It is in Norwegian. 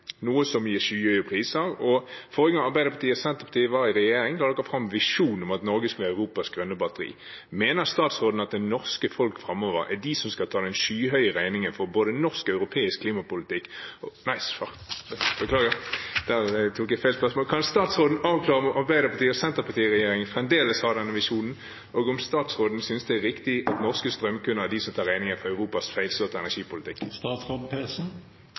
noe som gir skyhøye priser. Forrige gang Arbeiderpartiet og Senterpartiet var i regjering, la de fram visjonen om at Norge skulle være Europas grønne batteri. Kan statsråden avklare om Arbeiderparti- og Senterparti-regjeringen fremdeles har denne visjonen, og om statsråden synes det er riktig at norske strømkunder er de som tar regningen for Europas feilslåtte energipolitikk? Som jeg allerede har gjort rede for i mitt forrige svar, er det en rekke forhold som påvirker de høye strømprisene i dag, og det er